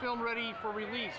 film ready for release